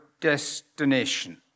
destination